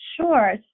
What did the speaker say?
Sure